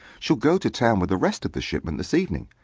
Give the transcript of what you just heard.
she'll go to town with the rest of the shipment this evening.